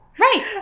Right